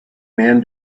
man